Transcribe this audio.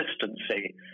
consistency